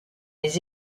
des